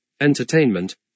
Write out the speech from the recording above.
entertainment